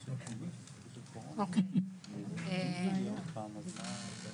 אתה אמרת.